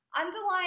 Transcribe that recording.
Underlying